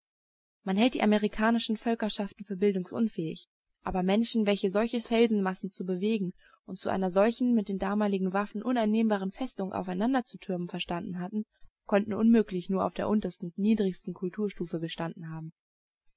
man hält die amerikanischen völkerschaften für bildungsunfähig aber menschen welche solche felsenmassen zu bewegen und zu einer solchen mit den damaligen waffen uneinnehmbaren festung aufeinander zu türmen verstanden hatten konnten unmöglich nur auf der untersten niedrigsten kulturstufe gestanden haben